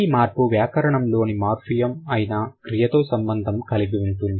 ఈ మార్పు వ్యాకరణం లోని మార్ఫిమ్ అయినా క్రియతో సంబంధం కలిగి ఉంది